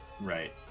right